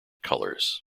colors